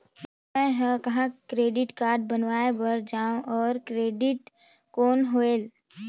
मैं ह कहाँ क्रेडिट कारड बनवाय बार जाओ? और क्रेडिट कौन होएल??